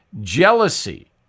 jealousy